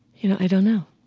you know, i don't know.